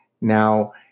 Now